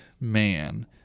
man